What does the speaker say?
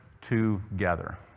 together